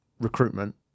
recruitment